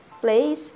place